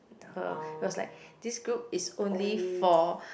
her it was like this group is only for